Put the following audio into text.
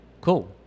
Cool